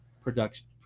production